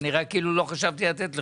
זה נראה כאילו לא חשבתי לתת לך.